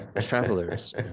travelers